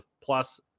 plus